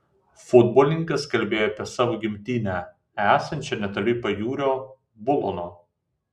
futbolininkas kalbėjo apie savo gimtinę esančią netoli pajūrio bulono